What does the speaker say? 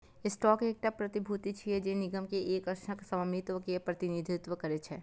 stock एकटा प्रतिभूति छियै, जे निगम के एक अंशक स्वामित्व के प्रतिनिधित्व करै छै